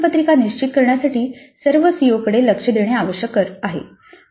असे प्रश्नपत्रिका निश्चित करण्यासाठी सर्व सीओकडे लक्ष देणे आवश्यक आहे